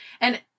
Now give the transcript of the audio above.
and-